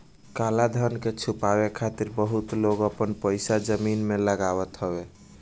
काला धन के छुपावे खातिर बहुते लोग आपन पईसा जमीन में लगावत हवे